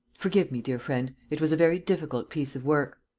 forgive me, dear friend it was a very difficult piece of work.